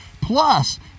plus